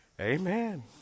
Amen